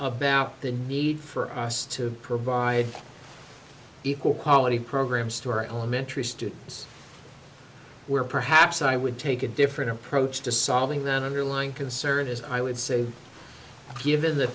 about the need for us to provide equal quality programs to our elementary students where perhaps i would take a different approach to solving that underlying concern is i would say given the